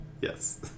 yes